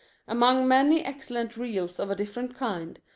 among many excellent reels of a different kind,